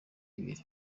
ibiri